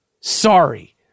sorry